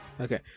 Okay